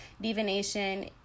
divination